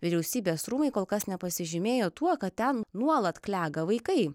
vyriausybės rūmai kol kas nepasižymėjo tuo kad ten nuolat klega vaikai